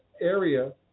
area